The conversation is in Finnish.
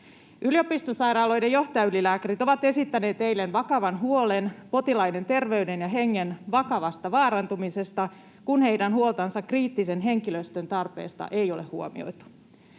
Yliopistosairaaloiden johtajaylilääkärit ovat esittäneet eilen vakavan huolen potilaiden terveyden ja hengen vakavasta vaarantumisesta, kun heidän huoltansa kriittisen henkilöstön tarpeesta ei ole huomioitu.